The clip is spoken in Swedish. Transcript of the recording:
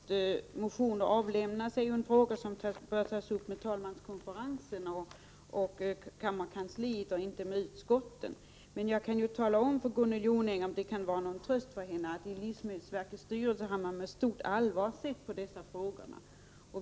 Herr talman! Frågan om till vilket utskott motioner hänvisas bör naturligtvis tas upp med talmanskonferensen och kammarkansliet och inte med utskotten. Jag kan dock tala om för Gunnel Jonäng, om det kan vara någon tröst för henne, att livsmedelsverkets styrelse har sett med stort allvar på dessa frågor.